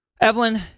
Evelyn